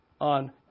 on